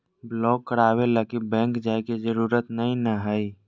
block कराबे लगी bank जाय के जरूरत नयय हइ